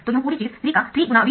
तो यह पूरी चीज 3 का 3×V1 V1 है